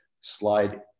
slide